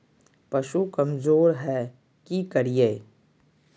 पशु कमज़ोर है कि करिये?